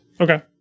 Okay